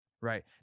right